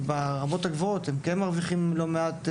ברמות הגבוהות הם מרוויחים לא מעט,